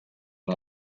one